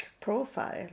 profile